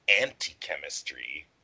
anti-chemistry